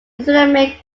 islamic